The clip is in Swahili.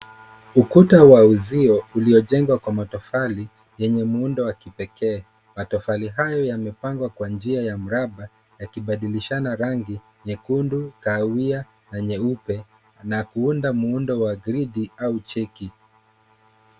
Ukuta wa uzio uliojengwa kwa matofali yenye muundo wa kipekee. Matofali hayo yamepangwa ya mraba yakibadilishana rangi nyekundu, kahawia na nyeupe na kuunda mundo wa grid au cheki.